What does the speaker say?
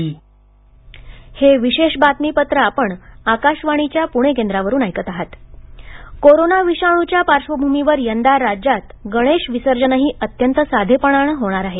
गणेश विसर्जन मुंबई कोरोना विषाणूच्या पार्श्वभूमीवर यंदा राज्यात गणेश विसर्जनही अत्यंत साधेपणाने होणार आहे